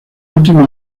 últimos